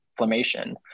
inflammation